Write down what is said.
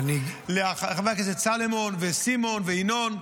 חבר הכנסת סולומון וסימון וינון,